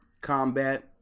combat